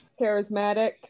charismatic